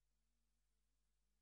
היא